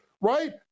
right